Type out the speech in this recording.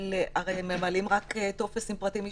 הרי הם ממלאים רק טופס עם פרטים אישיים,